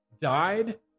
died